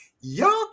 Y'all